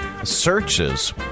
Searches